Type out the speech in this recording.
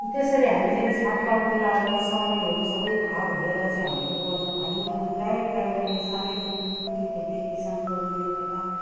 त्यसरी हामीले छाँट् काट् मिलाएर समयहरू सबै थाह भएर चाहिँ हामीले गर्न थाल्यौँ अनि प्राय प्राय मैले सानैदेखि यो खेती किसान गर्नुले गर्दा